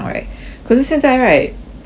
可是现在 right 不会 liao eh